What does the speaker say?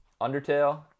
Undertale